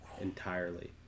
entirely